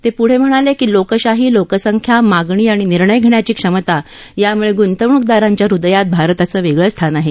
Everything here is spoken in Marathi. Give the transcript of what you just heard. ते प्ढे म्हणाले की लोकशाही लोकसंख्या मागणी आणि निर्णय घेण्याची क्षमता यामुळे गुंतवणूकदारांच्या हृदयात भारताचं वेगळ स्थान आहे